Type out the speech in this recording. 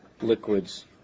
liquids